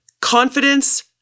confidence